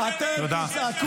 --- זה שאתה מתחפש לשוטר.